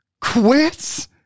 quits